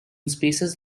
spaces